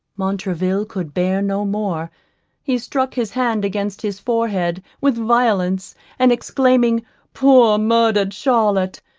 montraville could bear no more he struck his hands against his forehead with violence and exclaiming poor murdered charlotte!